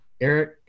Eric